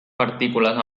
partícules